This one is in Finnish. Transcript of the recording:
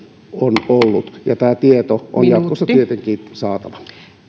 on ollut ja tämä tieto on jatkossa tietenkin saatava